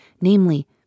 namely